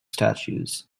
statues